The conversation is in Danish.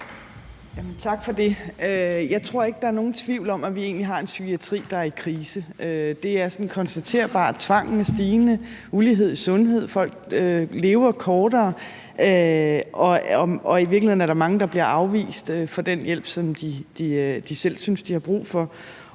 Tak for det. Jeg tror ikke, der er nogen tvivl om, at vi egentlig har en psykiatri, der er i krise – det er sådan konstaterbart. Brugen af tvang er stigende, ulighed i sundhed, folk lever kortere, og i virkeligheden er der mange, der får afvist at få den hjælp, som de selv synes de har brug for.